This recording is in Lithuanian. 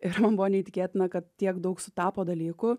ir man buvo neįtikėtina kad tiek daug sutapo dalykų